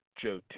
Joe